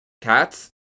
Cats